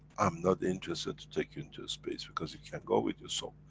i am not interested to take you into space because you can go with your soul.